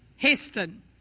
Heston